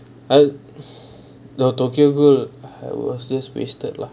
அது:athu the tokyo girl I was just wasted ah